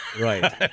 Right